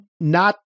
not-